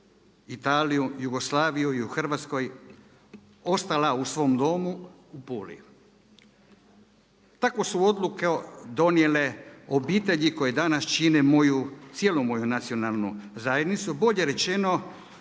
Italiji, Jugoslaviji i u Hrvatskoj ostala u svom domu u Puli. Takvu su odluku donijele obitelji koje danas čine moju, cijelu moju nacionalnu zajednicu, bolje rečeno